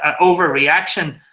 overreaction